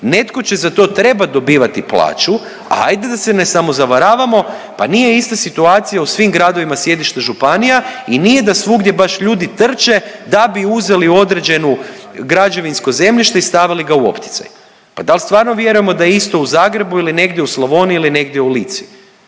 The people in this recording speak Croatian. netko će za to trebat dobivat plaću, a ajde da se ne samozavaravamo pa nije ista situacija u svim gradovima sjedišta županija i nije da svugdje baš ljudi trče da bi uzeli određenu građevinsko zemljište i stavili ga u opticaj. Pa dal stvarno vjerujemo da je isto u Zagrebu ili negdje u Slavoniji ili negdje u Lici,